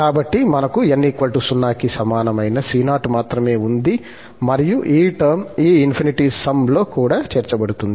కాబట్టి మనకు n 0 కి సమానమైన c0 మాత్రమే ఉంది మరియు ఈ టర్మ్ ఈ ఇన్ఫినిటి సమ్ లోకూడా చేర్చబడుతుంది